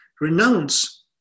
renounce